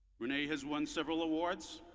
renee has won several awards,